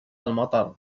المطر